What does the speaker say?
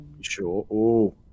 Sure